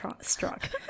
struck